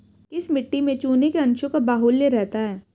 किस मिट्टी में चूने के अंशों का बाहुल्य रहता है?